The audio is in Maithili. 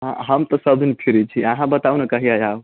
हम तऽ सब दिन फ्री छी अहाँ बताउ ने कहिआ आउ